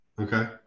Okay